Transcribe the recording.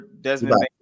Desmond